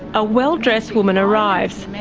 a well dressed woman arrives.